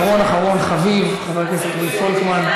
אחרון אחרון חביב, חבר הכנסת רועי פולקמן.